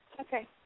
Okay